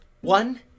One